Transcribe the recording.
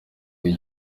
iyi